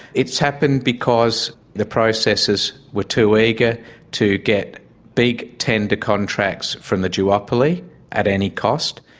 it's happened because the processors were too eager to get big tender contracts from the duopoly at any cost.